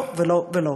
לא, ולא, ולא.